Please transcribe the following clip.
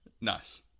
Nice